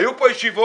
היו כאן ישיבות.